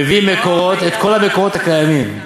מביא את כל המקורות הקיימים,